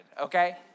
okay